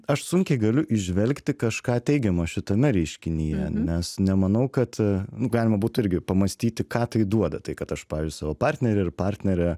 aš sunkiai galiu įžvelgti kažką teigiamo šitame reiškinyje nes nemanau kad nu galima būtų irgi pamąstyti ką tai duoda tai kad aš pavyzdžiui savo partnerį ar partnerę